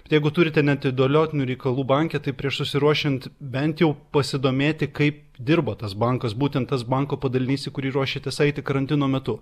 jeigu turite neatidėliotinų reikalų banke tai prieš susiruošiant bent jau pasidomėti kaip dirba tas bankas būtent tas banko padalinys į kurį ruošiatės eiti karantino metu